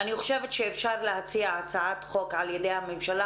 אני חושבת שאפשר להציע הצעת חוק על-ידי הממשלה,